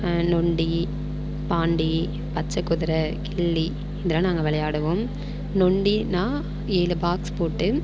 நொண்டி பாண்டி பச்சைக் குதுரை கில்லி இதெல்லாம் நாங்கள் விளையாடுவோம் நொண்டினா ஏழு பாக்ஸ் போட்டு